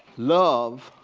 love,